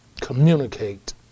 Communicate